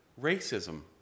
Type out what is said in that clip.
Racism